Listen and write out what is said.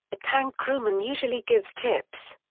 a tank crewman usually gives tips.